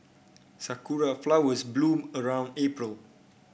sakura flowers bloom around April